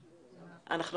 בר.